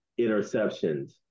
interceptions